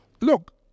Look